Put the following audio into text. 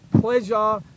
pleasure